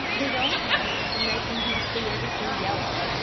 his own troubles were making him see everything yellow.